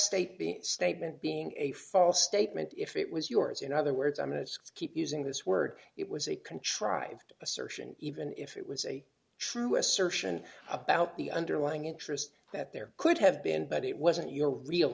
state the statement being a false statement if it was yours in other words i mean it's keep using this word it was a contrived assertion even if it was a true assertion about the underlying interest that there could have been but it wasn't your real